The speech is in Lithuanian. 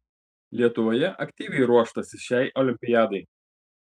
lietuvoje aktyviai ruoštasi šiai olimpiadai